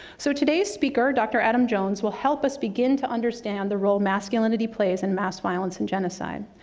so today's speaker, dr. adam jones, will help us begin to understand the role masculinity plays in mass violence and genocide.